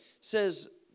says